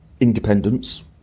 independence